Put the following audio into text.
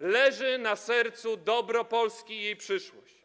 leży na sercu dobro Polski i jej przyszłość.